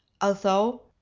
although